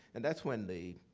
and that's when the